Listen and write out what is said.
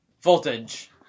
Voltage